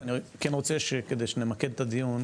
אני כן רוצה שכדי שנמקד את הדיון,